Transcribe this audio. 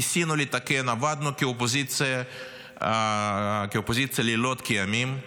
ניסינו לתקן, עבדנו כאופוזיציה לילות כימים.